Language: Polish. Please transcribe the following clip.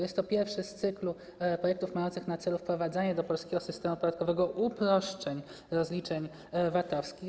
Jest to pierwszy z cyklu projektów mających na celu wprowadzanie do polskiego systemu podatkowego uproszczeń rozliczeń VAT-owskich.